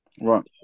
Right